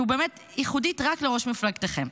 שהיא באמת ייחודית רק לראש מפלגתם.